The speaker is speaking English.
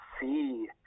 see